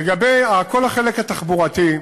לגבי כל החלק התחבורתי,